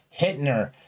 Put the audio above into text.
Hittner